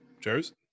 Cheers